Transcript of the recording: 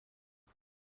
امشب